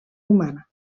humana